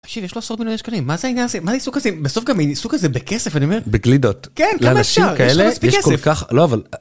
תקשיב, יש לו עשרות מיליוני שקלים מה זה העניין זה, מה זה העיסוק הזה, בסוף גם עיסוק הזה, בכסף אני אומר, בגלידות. כן, כמה אפשר, יש לו מספיק כסף